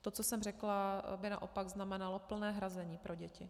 To, co jsem řekla, by naopak znamenalo plné hrazení pro děti.